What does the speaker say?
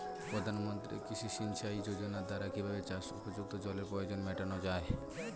প্রধানমন্ত্রী কৃষি সিঞ্চাই যোজনার দ্বারা কিভাবে চাষ উপযুক্ত জলের প্রয়োজন মেটানো য়ায়?